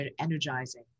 energizing